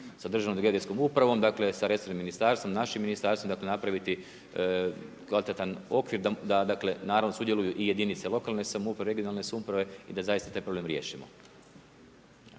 sa državnom geodetskom upravom, sa resornim ministarstvom, našim ministarstvom napraviti kvalitetan okvir, da naravno sudjeluju i jedinice lokalne samouprave, regionalne samouprave i da zaista taj problem riješimo.